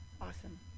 Awesome